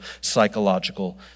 psychological